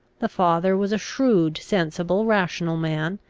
the father was a shrewd, sensible, rational man,